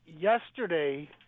yesterday